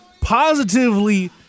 positively